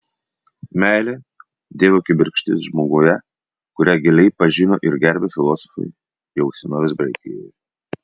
meilė dievo kibirkštis žmoguje kurią giliai pažino ir gerbė filosofai jau senovės graikijoje